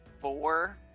four